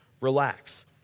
relax